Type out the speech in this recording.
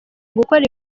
gukora